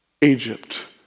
Egypt